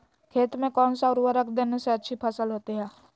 खेत में कौन सा उर्वरक देने से अच्छी फसल होती है?